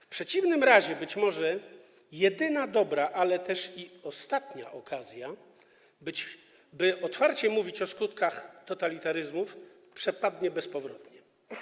W przeciwnym razie być może jedyna dobra, ale też i ostatnia okazja, by otwarcie mówić o skutkach totalitaryzmów, przepadnie bezpowrotnie.